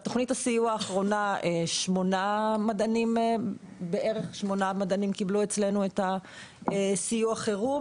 בתוכנית הסיוע האחרונה בערך שמונה מדענים קיבלנו אצלנו את סיוע החירום,